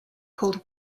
called